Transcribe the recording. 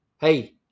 Hey